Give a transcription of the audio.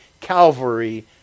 Calvary